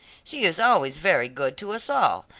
she is always very good to us all,